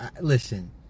Listen